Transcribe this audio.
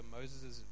Moses